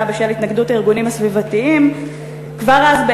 בגלל התנגדות הארגונים הסביבתיים כבר אז,